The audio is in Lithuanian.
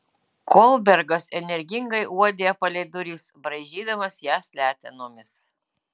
kolbergas energingai uodė palei duris braižydamas jas letenomis